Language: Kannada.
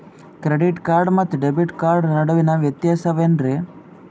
ಕ್ರೆಡಿಟ್ ಕಾರ್ಡ್ ಮತ್ತು ಡೆಬಿಟ್ ಕಾರ್ಡ್ ನಡುವಿನ ವ್ಯತ್ಯಾಸ ವೇನ್ರೀ?